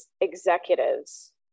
executives